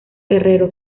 herrero